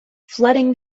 flooding